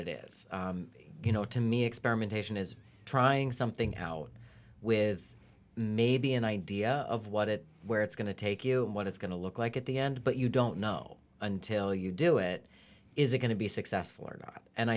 what it is you know to me experimentation is trying something out with maybe an idea of what it where it's going to take you what it's going to look like at the end but you don't know until you do it is going to be successful or not and